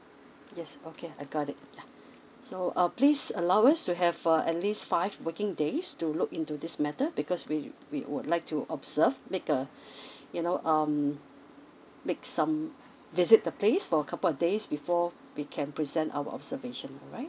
yes okay I got it yeah so uh please allow us to have for a at least five working days to look into this matter because we we would like to observe make a you know um make some visit the place for couple of days before we can present our observation alright